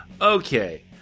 Okay